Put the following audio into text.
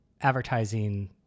advertising